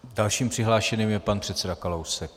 Dalším přihlášeným je pan předseda Kalousek.